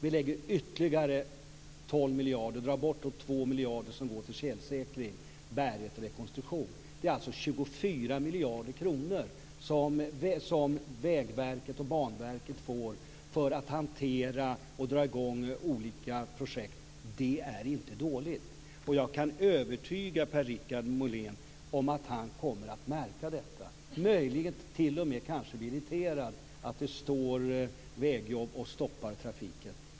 Vi lägger ytterligare 12 miljarder - 2 miljarder dras bort för att gå till tjälsäkring, bärighet och rekonstruktion. Det är alltså 24 miljarder kronor som Vägverket och Banverket får för att hantera och dra i gång olika projekt. Det är inte dåligt! Jag är övertygad om att Per-Richard Molén kommer att märka detta och möjligen t.o.m. bli irriterad över att det står vägjobb och stoppar trafiken.